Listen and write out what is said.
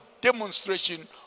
demonstration